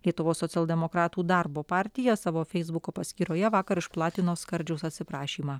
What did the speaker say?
lietuvos socialdemokratų darbo partija savo feisbuko paskyroje vakar išplatino skardžiaus atsiprašymą